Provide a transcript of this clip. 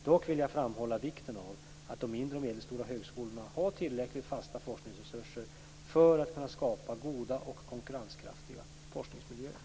Dock vill jag framhålla vikten av att de mindre medelstora högskolorna har tillräckliga fasta forskningsresurser för att kunna skapa goda och konkurrenskraftiga forskningsmiljöer.